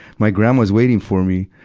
my grandma's waiting for me.